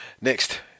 Next